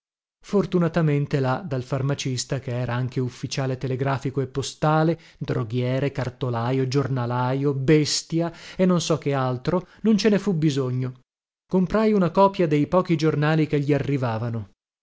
fortunatamente là dal farmacista chera anche ufficiale telegrafico e postale droghiere cartolajo giornalajo bestia e non so che altro non ce ne fu bisogno comprai una copia dei pochi giornali che gli arrivavano